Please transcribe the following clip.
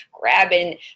grabbing